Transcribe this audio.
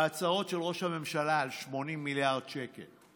ההצעות של ראש הממשלה על 80 מיליארד שקל,